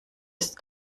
ist